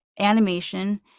animation